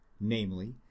namely